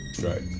Right